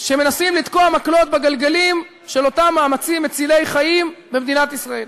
שמנסים לתקוע מקלות בגלגלים של אותם מאמצים מצילי חיים במדינת ישראל.